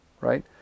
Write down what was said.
right